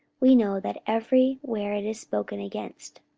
we know that every where it is spoken against.